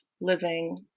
living